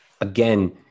again